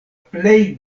plej